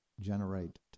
generate